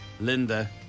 Linda